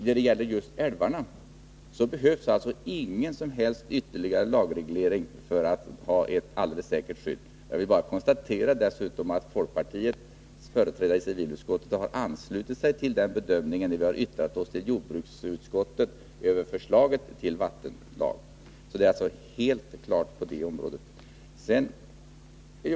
När det gäller just älvarna behövs det alltså ingen som helst ytterligare lagreglering för att ha ett alldeles säkert skydd. Dessutom vill jag konstatera att folkpartiets företrädare i civilutskottet har anslutit sig till denna bedömning när vi har yttrat oss till jordbruksutskottet över förslaget till vattenlag. Det är alltså helt klart på det området.